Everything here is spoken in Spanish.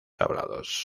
hablados